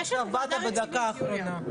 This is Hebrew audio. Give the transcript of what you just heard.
באת בדקה אחרונה.